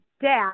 dad